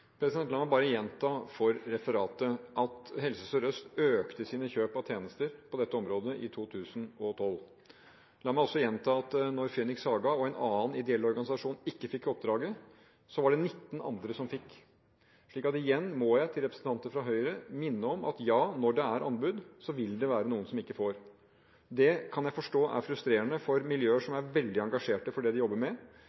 La meg bare gjenta for referatet at Helse Sør-Øst økte sine kjøp av tjenester på dette området i 2012. La meg også gjenta at når Phoenix Haga og en annen ideell organisasjon ikke fikk oppdraget, var det 19 andre som fikk. Så igjen må jeg minne representanter fra Høyre om at når det er anbud, vil det være noen som ikke får. Det kan jeg forstå er frustrerende for miljøer som